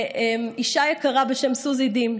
לאישה יקרה בשם סוזי דים,